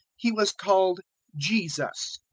he was called jesus,